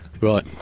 Right